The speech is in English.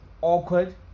awkward